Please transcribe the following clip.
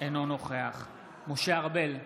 אינו נוכח משה ארבל,